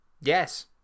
Yes